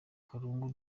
karungu